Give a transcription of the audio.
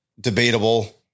debatable